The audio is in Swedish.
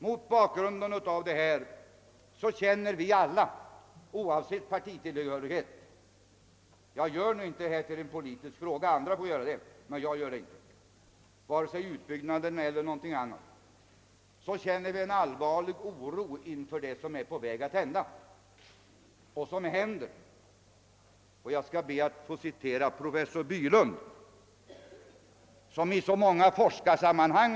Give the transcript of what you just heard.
Mot bakgrunden av detta känner vi alla, oavsett partitillhörighet, en allvarlig oro inför det som är på väg att hända. Andra får göra utbyggnaden till en politisk fråga, men jag gör det inte. Jag skall be att få citera professor Bylund, som citeras i så många forskarsammanhang.